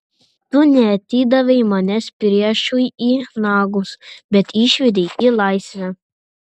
tu neatidavei manęs priešui į nagus bet išvedei į laisvę